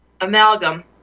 amalgam